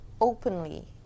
openly